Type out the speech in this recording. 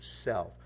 self